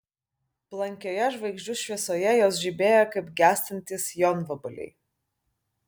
blankioje žvaigždžių šviesoje jos žibėjo kaip gęstantys jonvabaliai